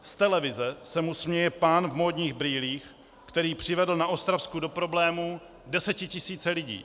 Z televize se mu směje pán v módních brýlích, který přivedl na Ostravsku do problémů desetitisíce lidí.